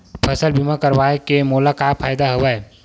फसल बीमा करवाय के मोला का फ़ायदा हवय?